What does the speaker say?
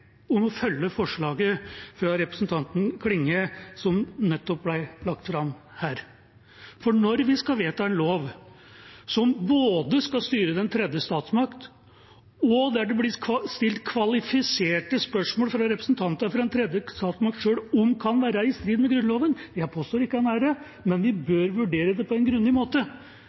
om å følge forslaget fra representanten Klinge, det som nettopp ble lagt fram her. For når vi skal vedta en lov som skal styre den tredje statsmakt, og det fra representanter for den tredje statsmakt selv blir stilt kvalifiserte spørsmål om den kan være i strid med Grunnloven – jeg påstår ikke den er det, men vi bør vurdere det på en grundig måte